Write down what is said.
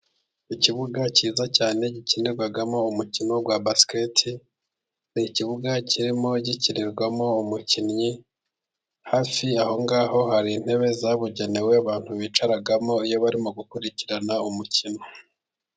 Ikibuga cyiza cyane gikinirwamo umukino wa basiketi ni ikibuga kirimo gikinirwamo umukinnyi ,hafi aho ngaho hari intebe zabugenewe abantu bicaramo iyo barimo gukurikirana umukino.